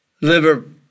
liver